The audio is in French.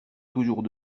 toujours